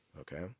okay